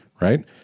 right